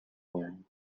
world